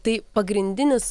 tai pagrindinis